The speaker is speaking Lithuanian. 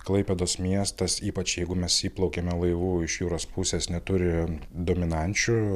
klaipėdos miestas ypač jeigu mes įplaukiame laivų iš jūros pusės neturi dominančių